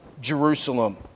Jerusalem